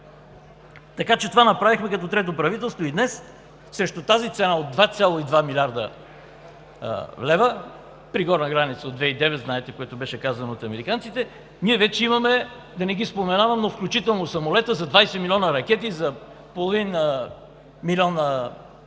Така че това направихме като трето правителство и днес срещу тази цена от 2,2 млрд. лв. при горна граница от 2,9 млрд. лв. – знаете, което беше казано от американците – ние вече имаме, да не ги споменавам, но включително самолета, за 20 млн. лв. ракети, за половин милион